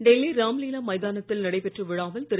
டெல்லி ராம்லீலா மைதானத்தில் நடைபெற்ற விழாவில் திரு